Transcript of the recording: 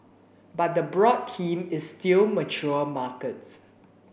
but the broad theme is still mature markets